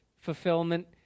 fulfillment